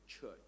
church